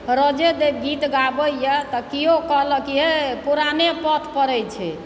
रोजे जे गीत गाबयए तऽ केओ कहलक यैं पुराने पद पड़य छै